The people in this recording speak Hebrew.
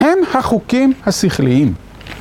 הן החוקים השכליים.